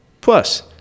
plus